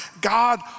God